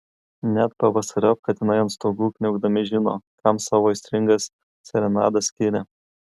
net pavasariop katinai ant stogų kniaukdami žino kam savo aistringas serenadas skiria